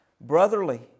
brotherly